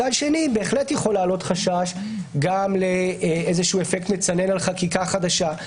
מצד שני עלול לעלות חשש גם לאפקט מצנן של חקיקה חדשה.